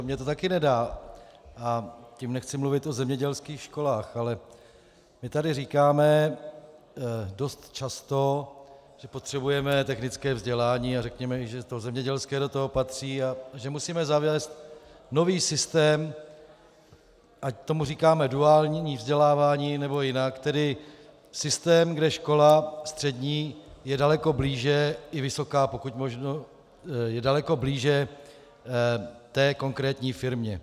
Mně to také nedá, a tím nechci mluvit o zemědělských školách, ale my tady říkáme dost často, že potřebujeme technické vzdělání, a řekněme, že i to zemědělské do toho patří, a že musíme zavést nový systém, ať tomu říkáme duální vzdělávání, nebo jinak, tedy systém, kde střední škola je daleko blíže, i vysoká pokud možno, té konkrétní firmě.